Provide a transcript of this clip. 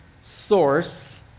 source